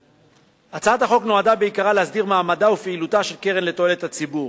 בסדר-היום: הצעת חוק החברות (תיקון מס' 18) (קרן לתועלת הציבור